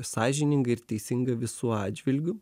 sąžiningai ir teisingai visų atžvilgiu